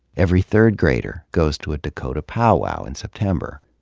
every third grader goes to a dakota pow-wow in september.